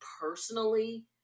personally